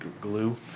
glue